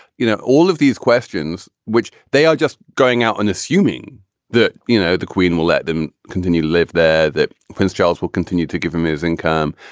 you know, all of these questions, which they are just going out and assuming that, you know, the queen will let them continue to live there, that prince charles will continue to give him his income.